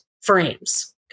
frames